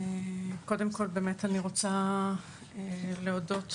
קודם כל, אני רוצה באמת להודות